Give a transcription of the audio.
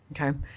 Okay